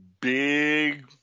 big